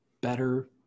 better